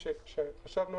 תשתית.